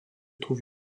trouve